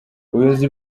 ubuyobozi